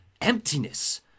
emptiness